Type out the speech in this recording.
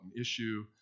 issue